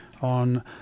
on